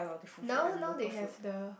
now now they have the